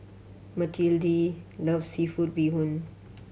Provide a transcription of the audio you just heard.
Matilde love seafood bee hoon